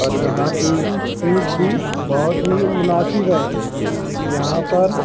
اور یہاں کی فیس بھی بہت ہی مناسب ہے یہاں پر